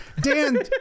Dan